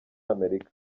amerika